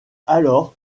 alors